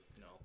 no